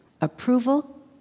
approval